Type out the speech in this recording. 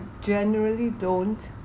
generally don't